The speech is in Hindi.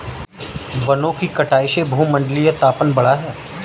वनों की कटाई से भूमंडलीय तापन बढ़ा है